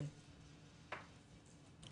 יש